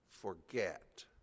forget